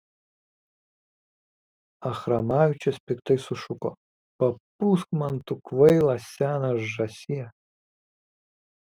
achramavičius piktai sušuko papūsk man tu kvaila sena žąsie